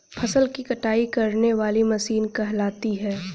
फसल की कटाई करने वाली मशीन कहलाती है?